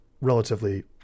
relatively